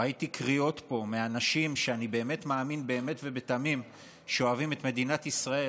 ראיתי קריאות מאנשים שאני מאמין באמת ובתמים שאוהבים את מדינת ישראל,